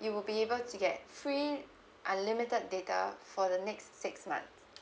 you will be able to get free unlimited data for the next six months